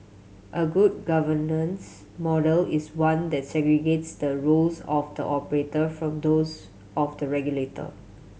a good governance model is one that segregates the roles of the operator from those of the regulator